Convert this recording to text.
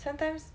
sometimes